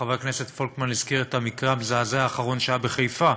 חבר הכנסת פולקמן הזכיר את המקרה המזעזע האחרון שהיה בחיפה.